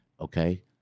okay